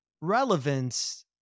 relevance